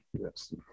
Yes